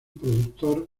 productor